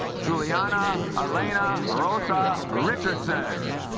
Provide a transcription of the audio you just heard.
julianna elena rosa richardson